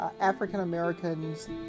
African-Americans